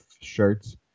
shirts